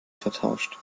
vertauscht